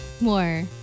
more